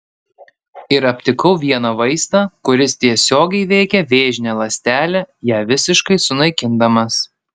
ir aptikau vieną vaistą kuris tiesiogiai veikia vėžinę ląstelę ją visiškai sunaikindamas